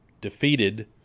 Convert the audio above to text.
Defeated